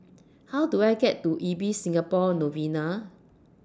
How Do I get to Ibis Singapore Novena